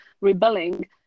rebelling